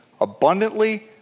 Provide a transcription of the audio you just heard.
abundantly